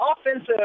offensive